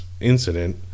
incident